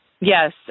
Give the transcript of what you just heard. Yes